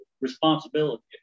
responsibility